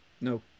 No